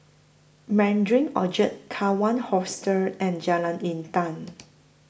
Mandarin Orchard Kawan Hostel and Jalan Intan